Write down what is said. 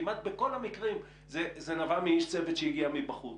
כמעט בכל המקרים זה נבע מאיש צוות שהגיע מבחוץ.